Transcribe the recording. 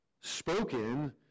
spoken